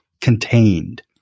contained